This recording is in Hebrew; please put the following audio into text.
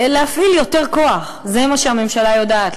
להפעיל יותר כוח, זה מה שהממשלה יודעת.